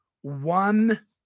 one